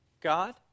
God